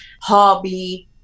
hobby